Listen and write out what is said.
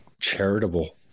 charitable